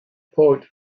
port